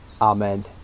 Amen